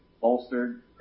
bolstered